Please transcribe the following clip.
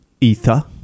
ether